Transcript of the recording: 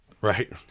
right